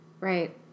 right